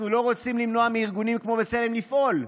אנחנו לא רוצים למנוע מארגונים כמו בצלם לפעול,